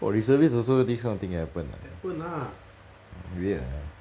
!wah! reservist also this kind of thing happen ah weird ah